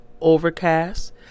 Overcast